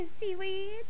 seaweed